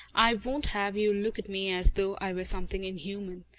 i won't have you look at me as though i were something inhuman.